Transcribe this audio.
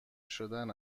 شدن